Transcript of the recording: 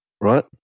right